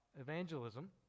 evangelism